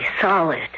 solid